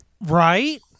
Right